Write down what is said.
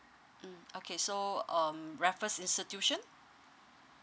mm okay so um raffles institution